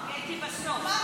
הייתי בסוף.